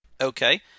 Okay